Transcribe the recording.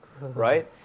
right